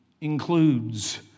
includes